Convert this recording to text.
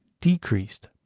decreased